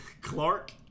Clark